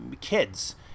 kids